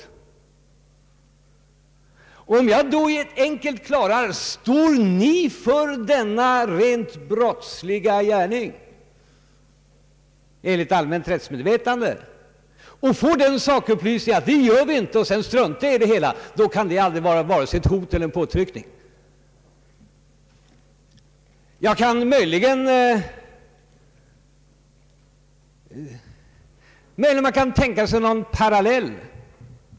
Om jag då enkelt och klart frågar: Står ni för denna enligt allmänt rättsmedvetande rent brottsliga gärning och får sakupplysningen att man icke gör det, varpå jag struntar i det hela, så kan det aldrig vara vare sig ett hot eller en påtryckning. Det är möjligt att man kan tänka sig någon parallell.